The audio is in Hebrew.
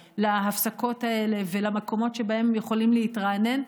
להפסקות האלה ולמקומות שבהם הם יכולים להתרענן,